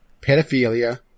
pedophilia